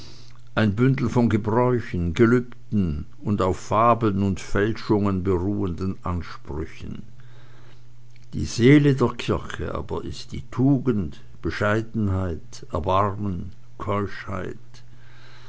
ein bündel von gebräuchen gelübden und auf fabeln und fälschungen beruhenden ansprüchen die seele der kirche aber ist tugend bescheidenheit erbarmen keuschheit